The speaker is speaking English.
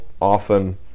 often